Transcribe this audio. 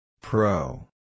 Pro